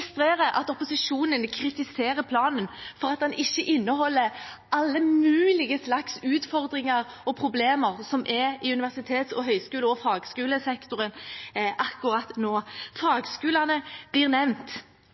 at opposisjonen kritiserer planen for at den ikke inneholder alle mulige slags utfordringer og problemer som er i universitets-, høyskole- og fagskolesektoren akkurat nå. Fagskolene blir nevnt